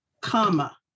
comma